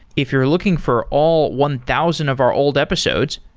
if you're looking for all one thousand of our old episodes,